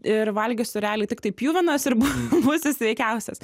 ir valgysiu realiai tiktai pjuvenas ir bū būsiu sveikiausias